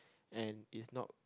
and is not